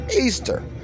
Easter